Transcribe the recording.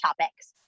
topics